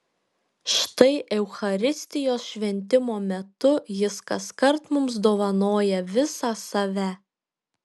štai eucharistijos šventimo metu jis kaskart mums dovanoja visą save